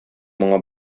моңа